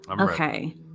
okay